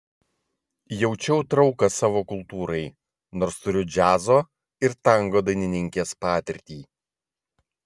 jaučiau trauką savo kultūrai nors turiu džiazo ir tango dainininkės patirtį